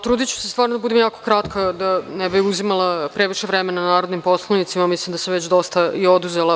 Trudiću se da budem jako kratka, da ne bih uzimala previše vremena narodnim poslanicima, a mislim da sam već dosta i oduzela.